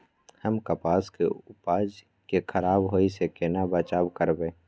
हम कपास के उपज के खराब होय से केना बचाव करबै?